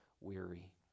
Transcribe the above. weary